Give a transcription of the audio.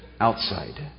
outside